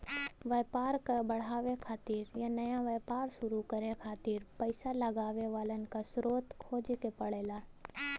व्यापार क बढ़ावे खातिर या नया व्यापार शुरू करे खातिर पइसा लगावे वालन क स्रोत खोजे क पड़ला